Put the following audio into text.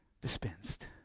dispensed